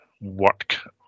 work